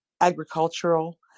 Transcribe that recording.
agricultural